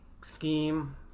scheme